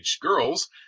girls